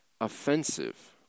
offensive